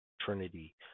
trinity